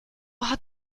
hat